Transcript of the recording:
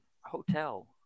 hotel